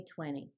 2020